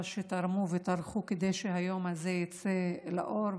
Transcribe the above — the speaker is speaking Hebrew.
שתרמו וטרחו כדי שהיום הזה יצא לפועל,